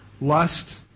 lust